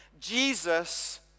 Jesus